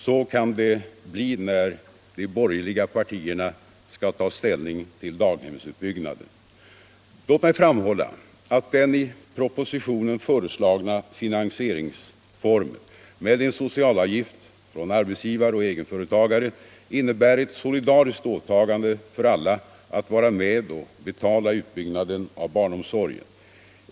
Så kan det bli när de borgerliga partierna skall ta ställning till daghemsutbyggnaden. Låt mig framhålla att den i propositionen föreslagna finansieringsformen med en socialavgift från arbetsgivare och egenföretagare innebär ett solidariskt åtagande för alla att vara med och betala utbyggnaden av barnomsorgen.